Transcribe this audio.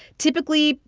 typically,